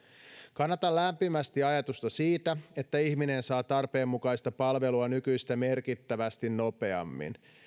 kannatan lämpimästi ajatusta siitä että ihminen saa tarpeenmukaista palvelua nykyistä merkittävästi nopeammin